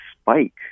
spike